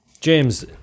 James